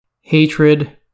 Hatred